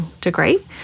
degree